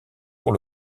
pour